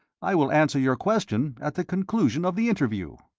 i will answer your question at the conclusion of the interview.